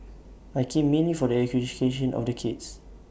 I came mainly for the education of the kids